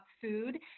food